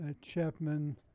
Chapman